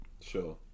sure